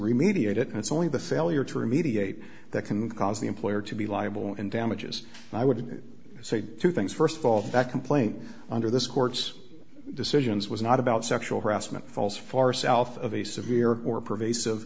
remediate it and it's only the failure to remediate that can cause the employer to be liable in damages i would say two things first of all that complaint under this court's decisions was not about sexual harassment falls far south of the severe or pervasive